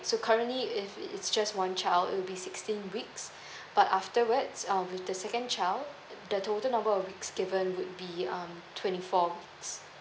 so currently if it's just one child it will be sixteen weeks but afterwards um with the second child the total number of weeks given would be um twenty four weeks